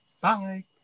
Bye